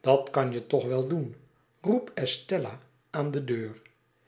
dat kan je toch wel doen roep estella aan de deur